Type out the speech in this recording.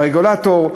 הרגולטור,